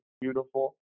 beautiful